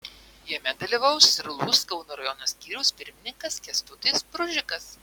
jame dalyvaus ir lūs kauno rajono skyriaus pirmininkas kęstutis bružikas